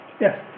Yes